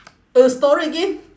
oh story again